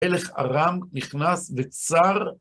מלך ארם נכנס וצר.